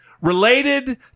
related